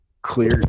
clear